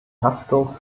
haftung